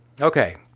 Okay